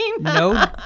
No